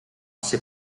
ser